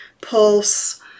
pulse